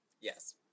Yes